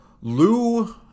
Lou